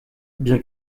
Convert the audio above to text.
bien